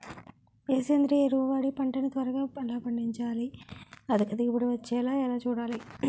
ఏ సేంద్రీయ ఎరువు వాడి పంట ని త్వరగా ఎలా పండించాలి? అధిక దిగుబడి వచ్చేలా ఎలా చూడాలి?